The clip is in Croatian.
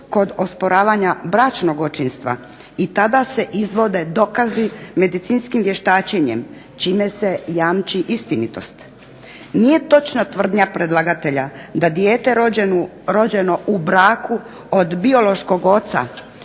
kod osporavanja bračnog očinstva i tada se izvode dokazi medicinskim vještačenjem čime se jamči istinitost. Nije točna tvrdnja predlagatelja da dijete rođeno u braku od biološkog oca